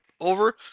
over